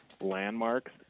landmarks